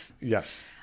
yes